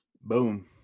Boom